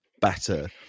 better